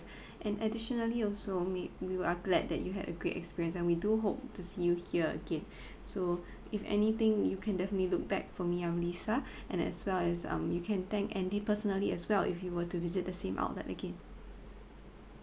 and additionally also me we are glad that you had a great experience and we do hope to see you here again so if anything you can definitely look back for me I'm lisa and as well as um you can thank andy personally as well if you were to visit the same outlet again